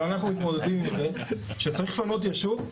אבל אנחנו מתמודדים עם זה שצריך לפנות ישוב,